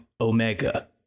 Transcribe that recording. omega